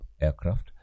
aircraft